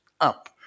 up